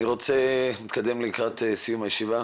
אני רוצה להתקדם לקראת סיום הישיבה.